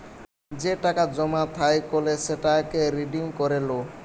যে টাকা জমা থাইকলে সেটাকে রিডিম করে লো